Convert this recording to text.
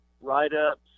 write-ups